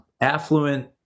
affluent